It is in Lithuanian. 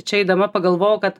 čia eidama pagalvojau kad